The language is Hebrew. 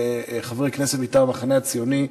חברי כנסת מטעם המחנה הציוני,